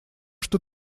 что